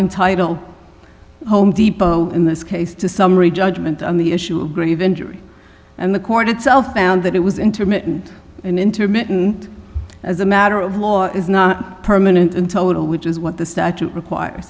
entitle home depot in this case to summary judgment on the issue of grave injury and the court itself found that it was intermittent intermittent as a matter of law is not permanent in total which is what the statute require